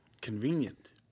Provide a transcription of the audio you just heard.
Convenient